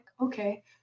Okay